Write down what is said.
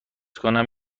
میکنم